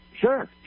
Sure